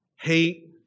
Hate